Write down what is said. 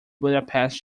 budapest